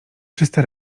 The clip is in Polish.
czyste